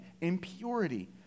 impurity